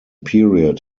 period